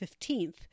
15th